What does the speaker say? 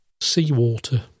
seawater